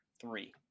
three